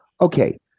Okay